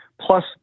plus